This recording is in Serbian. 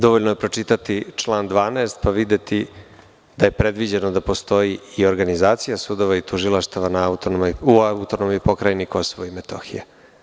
Dovoljno je pročitati član 12. i videti da je predviđeno da postoji organizacija sudova i tužilaštava u AP Kosova i Metohije.